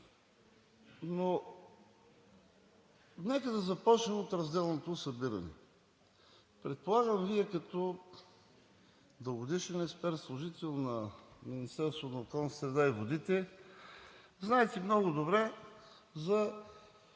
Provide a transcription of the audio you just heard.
но нека да започнем от разделното събиране. Предполагам, че Вие като дългогодишен експерт, служител на Министерството на околната среда и водите, знаете много добре,